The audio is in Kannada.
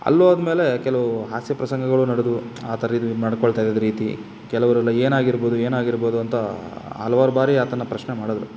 ಅಲ್ಲಿ ಹೋದ ಮೇಲೆ ಕೆಲವು ಹಾಸ್ಯ ಪ್ರಸಂಗಗಳು ನಡೆದವು ಆ ಥರ ಇದು ಇವು ನಡ್ಕೊಳ್ತಾ ಇದ್ದಿದ್ ರೀತಿ ಕೆಲವ್ರೆಲ್ಲ ಏನಾಗಿರ್ಬೋದು ಏನಾಗಿರ್ಬೋದು ಅಂತ ಹಲ್ವಾರು ಬಾರಿ ಆತನ ಪ್ರಶ್ನೆ ಮಾಡಿದ್ರು